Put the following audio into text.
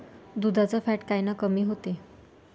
दुधाचं फॅट कायनं कमी होते?